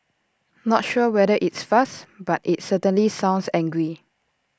not sure whether it's fast but IT certainly sounds angry